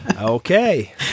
Okay